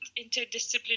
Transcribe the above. interdisciplinary